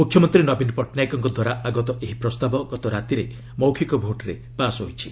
ମୁଖ୍ୟମନ୍ତ୍ରୀ ନବୀନ ପଟ୍ଟନାୟକଙ୍କଦ୍ୱାରା ଆଗତ ଏହି ପ୍ରସ୍ତାବ ଗତ ରାତିରେ ମୌଖକ ଭୋଟ୍ରେ ପାସ୍ ହୋଇଛି